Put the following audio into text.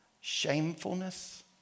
shamefulness